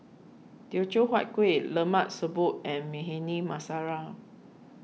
Teochew Huat Kuih Lemak Siput and Bhindi Masala